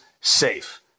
safe